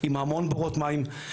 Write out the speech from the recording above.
עם המון בורות מים,